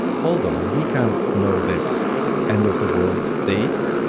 hold on, he can't know this end of the world date,